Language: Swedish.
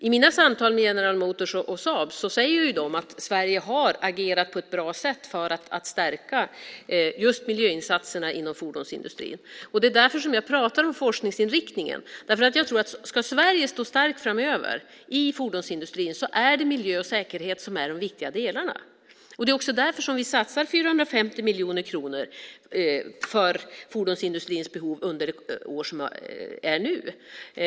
I mina samtal med General Motors och Saab säger de att Sverige har agerat på ett bra sätt för att stärka just miljöinsatserna inom fordonsindustrin. Det är därför som jag pratar om forskningsinriktningen, därför att om Sverige ska stå starkt framöver i fordonsindustrin är det miljö och säkerhet som är de viktiga delarna. Det är också därför som vi satsar 450 miljoner kronor för fordonsindustrins behov i år.